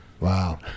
Wow